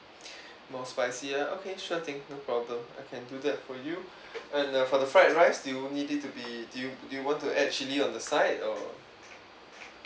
more spicy ah okay sure thing no problem I can do that for you and uh for the fried rice do you need it to be do you do you want to add chilli on the side or